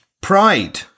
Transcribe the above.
Pride